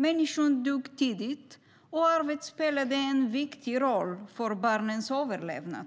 Människor dog tidigt, och arvet spelade en viktig roll för barnens överlevnad.